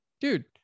dude